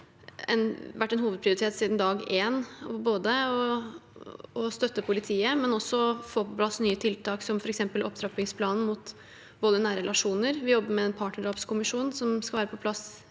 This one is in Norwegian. det vært en hovedprioritet si den dag én både å støtte politiet og få på plass nye tiltak, som f.eks. opptrappingsplanen mot vold i nære relasjoner. Vi jobber med en partnerdrapskommisjon, som skal være på plass